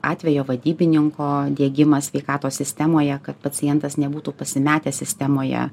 atvejo vadybininko diegimą sveikatos sistemoje kad pacientas nebūtų pasimetęs sistemoje